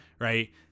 right